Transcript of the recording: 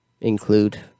include